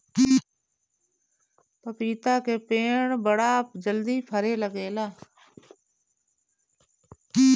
पपीता के पेड़ बड़ा जल्दी फरे लागेला